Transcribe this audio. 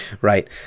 right